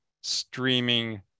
streaming